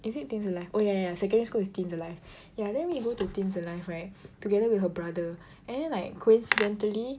is it Teens aLIVE oh ya ya ya secondary school is Teens aLIVE ya then we go to Teens aLIVE right together with her brother and then like coincidentally